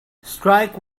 strike